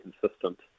consistent